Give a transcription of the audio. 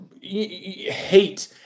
hate